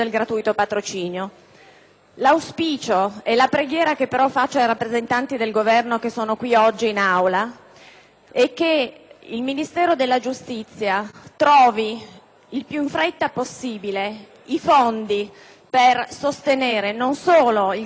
L'auspicio e la preghiera che rivolgo ai rappresentanti del Governo che sono presenti oggi in Aula è che il Ministero della giustizia trovi il più in fretta possibile i fondi per sostenere non solo il gratuito patrocinio per